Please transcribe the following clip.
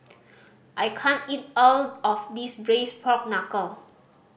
I can't eat all of this Braised Pork Knuckle